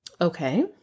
Okay